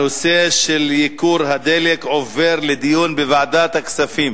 הנושא של ייקור הדלק עובר לדיון בוועדת הכספים.